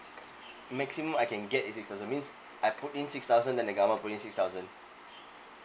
maximum I can get is six thousand means I put in six thousand and the government put in six thousand